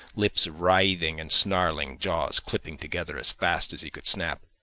lips writhing and snarling, jaws clipping together as fast as he could snap,